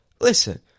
Listen